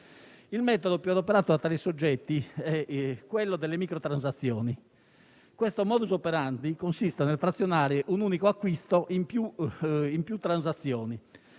Il metodo più adoperato da tali soggetti è quello delle microtransazioni. Questo *modus operandi* consiste nel frazionare un unico acquisto in più transazioni.